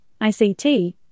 ICT